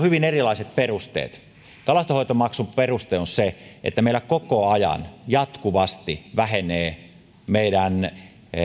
hyvin erilaiset perusteet kalastonhoitomaksun peruste on se että meillä koko ajan jatkuvasti vähenee meidän